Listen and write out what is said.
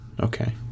Okay